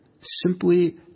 simply